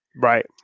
Right